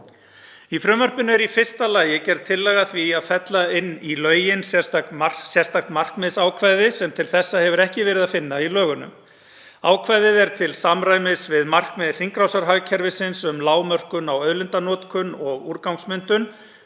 Í frumvarpinu er í fyrsta lagi gerð tillaga að því að fella inn í lögin sérstakt markmiðsákvæði, sem til þessa hefur ekki verið að finna í lögunum. Ákvæðið er til samræmis við markmið hringrásarhagkerfisins um lágmörkun á auðlindanotkun og úrgangsmyndun